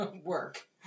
work